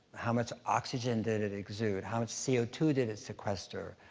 how much oxygen did it exude? how much c o two did it sequester?